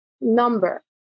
number